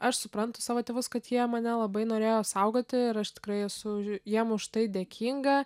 aš suprantu savo tėvus kad jie mane labai norėjo saugoti ir aš tikrai esu už jiem už tai dėkinga